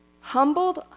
humbled